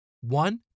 One